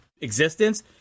existence